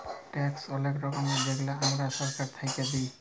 tax অলেক রকমের যেগলা আমরা ছরকারকে আমরা দিঁই